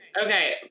Okay